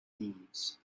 thieves